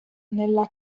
nella